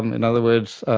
in and other words,